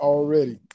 Already